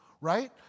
right